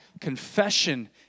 confession